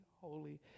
holy